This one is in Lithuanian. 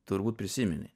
turbūt prisimeni